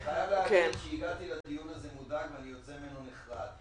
אני חייב להגיד שהגעתי לדיון הזה מודאג ואני יוצא ממנו נחרד.